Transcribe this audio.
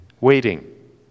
Waiting